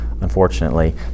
unfortunately